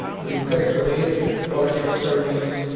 and you'll get a great quality of service,